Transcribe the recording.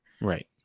Right